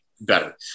better